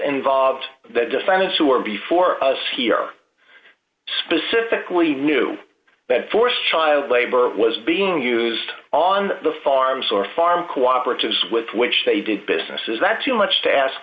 involved the defendants who are before us here specifically knew that forced child labor was being used on the farms or farm cooperatives with which they did business is that too much to ask